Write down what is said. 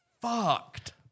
fucked